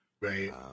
right